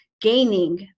gaining